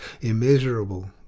immeasurable